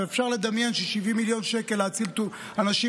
ואפשר לדמיין ש-70 מיליון שקל להצלת אנשים